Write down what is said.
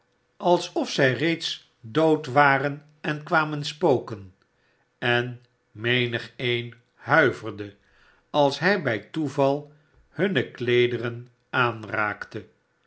alsof zij reeds dood waren en kwamen spoken en menigeen huiverde als hij bij toeval hunne kleederen aanraakte